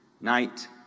night